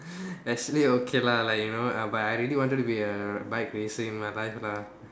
actually okay lah like you know err but I really wanted be a bike racer in my life lah